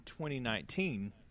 2019